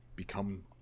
Become